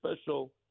special